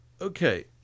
Okay